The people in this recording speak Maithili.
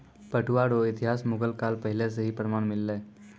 पटुआ रो इतिहास मुगल काल पहले से ही प्रमान मिललै